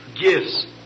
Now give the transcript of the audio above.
gifts